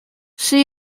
see